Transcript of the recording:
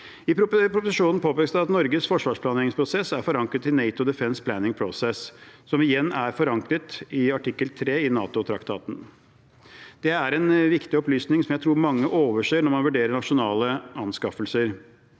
proposisjonen påpekes det at Norges forsvarsplanleggingsprosess er forankret i NATO Defence Planning Process, som igjen er forankret i artikkel 3 i NATO-traktaten. Det er en viktig opplysning som jeg tror mange overser når man vurderer nasjonale anskaffelser.